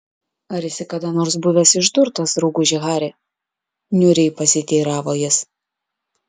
ar esi kada nors buvęs išdurtas drauguži hari niūriai pasiteiravo jis